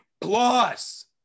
Plus